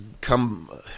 come